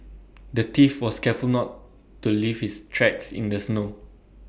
the thief was careful not to leave his tracks in the snow